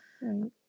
Right